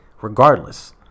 regardless